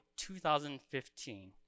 2015